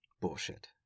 bullshit